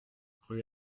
rue